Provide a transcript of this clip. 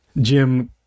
Jim